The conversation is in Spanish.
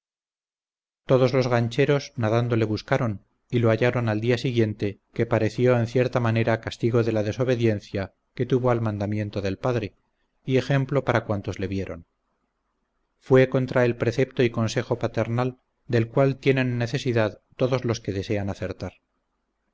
todos los gancheros nadando le buscaron y lo hallaron al día siguiente que pareció en cierta manera castigo de la desobediencia que tuvo al mandamiento del padre y ejemplo para cuantos le vieron fue contra el precepto y consejo paternal del cual tienen necesidad todos los que desean acertar